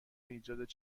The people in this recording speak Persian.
ایجاد